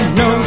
no